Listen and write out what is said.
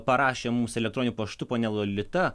parašė mums elektroniniu paštu ponia lolita